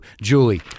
julie